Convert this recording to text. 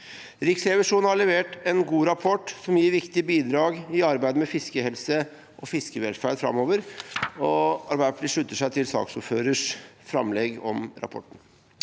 Riksrevisjonen har levert en god rapport som gir viktige bidrag i arbeidet med fiskehelse og fiskevelferd framover, og Arbeiderpartiet slutter seg til saksordførerens framlegg om rapporten.